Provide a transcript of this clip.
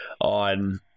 on